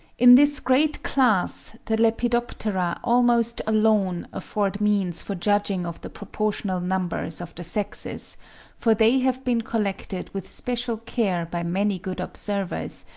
in this great class, the lepidoptera almost alone afford means for judging of the proportional numbers of the sexes for they have been collected with special care by many good observers,